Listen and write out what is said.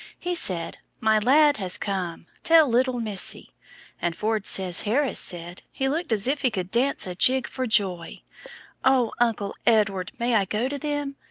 he said, my lad has come, tell little missy and ford says harris said, he looked as if he could dance a jig for joy oh, uncle edward, may i go to them?